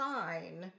fine